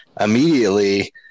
immediately